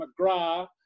McGrath